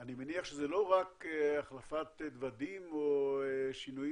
אני מניח שזה לא רק החלפת דוודים או שינויים